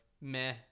meh